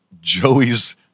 Joey's